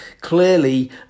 clearly